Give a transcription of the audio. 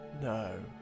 no